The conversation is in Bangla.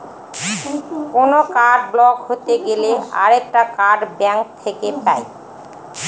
কোনো কার্ড ব্লক হতে গেলে আরেকটা কার্ড ব্যাঙ্ক থেকে পাই